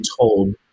told